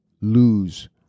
lose